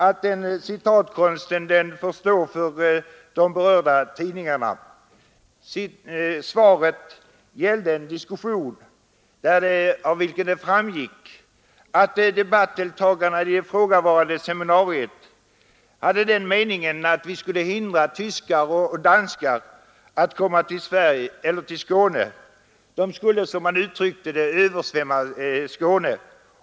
Den citatkonsten får stå för de berörda tidningarna. Mitt yttrande gällde en diskussion, av vilken det framgick att debattdeltagarna i det seminarium det var fråga om hade den meningen att vi skulle hindra tyskar och danskar att komma till Skåne. Annars skulle de, som man uttryckte det, översvämma Skåne.